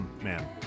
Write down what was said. Man